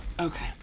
Okay